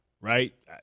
Right